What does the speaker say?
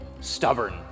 stubborn